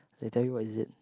they tell you what is it